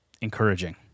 encouraging